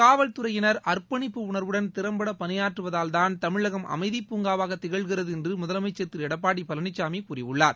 காவல்துறையினர் அர்ப்பணிப்பு உணர்வுடன் திறம்பட பணியாற்றுவதால் தான் தமிழகம் அமைதிப் பூங்காவாக திகழ்கிறது என்று முதலமைச்சர் திரு எடப்பாடி பழனிசாமி கூறியுள்ளார்